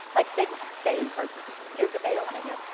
like they they encourage their teachers to do it but they don't want to do it.